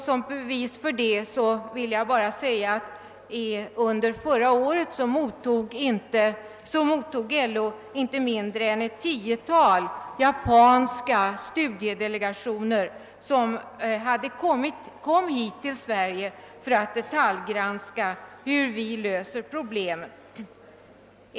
Som bevis för det vill jag påpeka att under förra året mottog LO inte mindre än ett tiotal japanska studiedelegationer som kom till Sverige för att detaljgranska hur vi löser problemen.